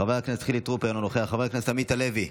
חברת חילי טרופר, אינו נוכח, חבר הכנסת עמית הלוי,